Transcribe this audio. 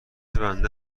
بنده